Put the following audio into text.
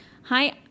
Hi